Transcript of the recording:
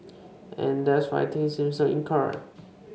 and that's why things seem so incoherent